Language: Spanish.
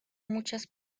muchas